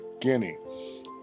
Guinea